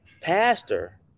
Pastor